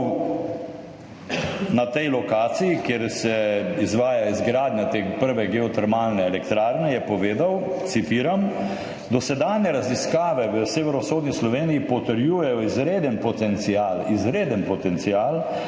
o tej lokaciji, kjer se izvaja izgradnja te prve geotermalne elektrarne, je povedal, citiram: »Dosedanje raziskave v severovzhodni Sloveniji potrjujejo izreden potencial za pridobivanje